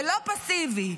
ולא פסיבי.